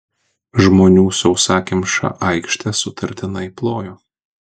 žmonių sausakimša aikštė sutartinai plojo